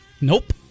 Nope